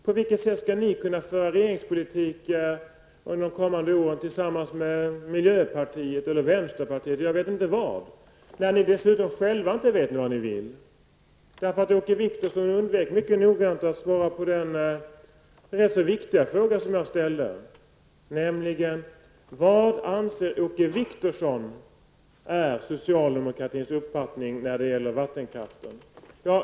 På vilket sätt skall ni kunna föra regeringspolitik under de kommande åren tillsammans med miljöpartiet eller vänsterpartiet -- eller jag vet inte vad? Ni vet dessutom inte själva vad ni vill. Åke Wictorsson undvek nämligen mycket noggrant att svara på den rätt viktiga fråga som jag ställde. Jag frågade vad Åke Wictorsson anser är socialdemokratins uppfattning när det gäller vattenkraften.